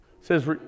says